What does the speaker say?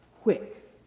quick